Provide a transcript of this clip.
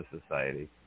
Society